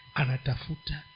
anatafuta